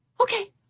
Okay